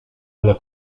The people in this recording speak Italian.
nella